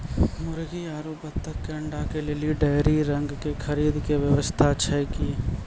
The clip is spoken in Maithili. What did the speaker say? मुर्गी आरु बत्तक के अंडा के लेली डेयरी रंग के खरीद के व्यवस्था छै कि?